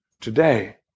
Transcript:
Today